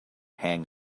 hang